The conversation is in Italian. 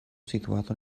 situato